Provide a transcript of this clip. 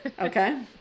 Okay